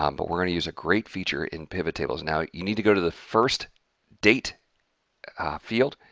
um but we're going to use a great feature in pivot tables. now, you need to go to the first date field,